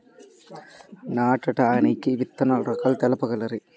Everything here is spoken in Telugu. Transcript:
నాటడానికి విత్తన రకాలు తెలుపగలరు?